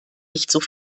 nicht